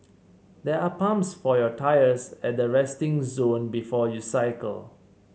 there are pumps for your tyres at the resting zone before you cycle